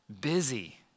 busy